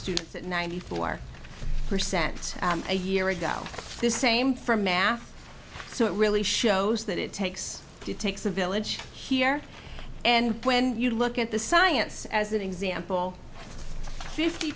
students at ninety four percent a year ago this same for math so it really shows that it takes to two it's a village here and when you look at the science as an example fifty